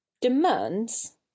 demands